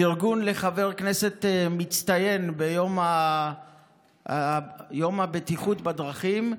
פרגון לחבר כנסת מצטיין ביום הבטיחות בדרכים,